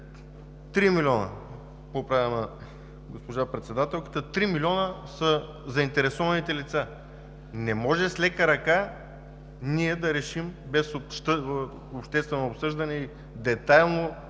Три милиона, поправя ме госпожа председателката – три милиона са заинтересованите лица. Не може с лека ръка ние да решим, без обществено обсъждане, детайлно